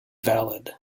valid